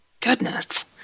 Goodness